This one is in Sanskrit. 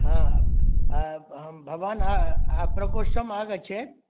हा भवान् प्रकोष्ठम् आगच्छे